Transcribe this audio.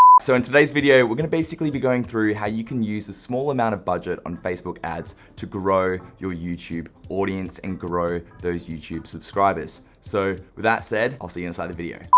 so, in today's video, we're gonna basically be going through how you can use a small amount of budget on facebook ads to grow your youtube audience and grow those youtube subscribers. so, with that said, i'll see you inside the video.